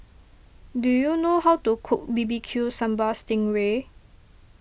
do you know how to cook B B Q Sambal Sting Ray